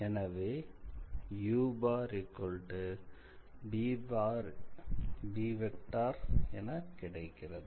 எனவே ubஎன கிடைக்கிறது